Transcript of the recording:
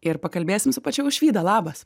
ir pakalbėsim su pačia aušvyda labas